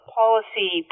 policy